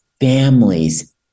families